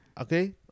Okay